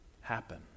happen